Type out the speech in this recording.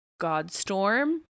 Godstorm